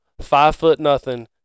five-foot-nothing